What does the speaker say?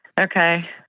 Okay